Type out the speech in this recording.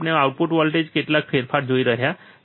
આપણે આઉટપુટ વોલ્ટેજમાં કેટલાક ફેરફાર જોઈ રહ્યા છીએ